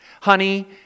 Honey